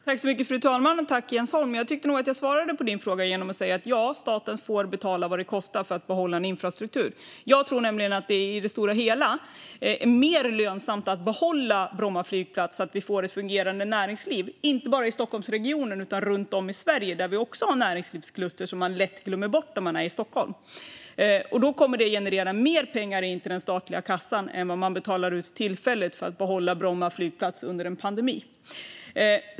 Fru talman! Jag tyckte nog att jag svarade på Jens Holms fråga genom att säga att staten får betala vad det kostar att behålla en infrastruktur. Jag tror nämligen att det i det stora hela är mer lönsamt att behålla Bromma flygplats så att vi får ett fungerande näringsliv, inte bara i Stockholmsregionen utan runt om i Sverige, där vi också har näringslivskluster som man lätt glömmer bort när man är i Stockholm. Det kommer att generera mer pengar in till den statliga kassan än vad som betalas ut tillfälligt för att behålla Bromma flygplats under en pandemi.